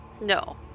No